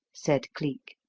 said cleek.